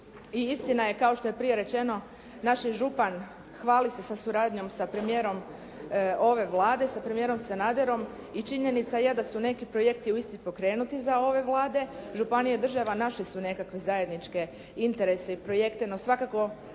i istina je kao što je prije rečeno, naš župan hvali se sa suradnjom sa premijerom ove Vlade, sa premijerom Sanaderom i činjenica je da su neki projekti u Istri pokrenuti za ove Vlade. Županija i država našli su nekakve zajedničke interese i projekte, no svakako